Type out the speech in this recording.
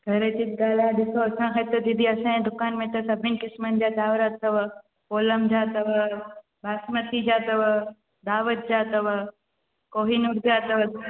variety ॿुधाइण लाइ ॾिसो असांखे त दीदी असांजे दुकान में त सभिनि क़िस्मनि जा चांवर अथव कोलम जा अथव बासमती जा अथव दावत जा अथव कोहीनूर जा अथव